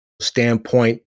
standpoint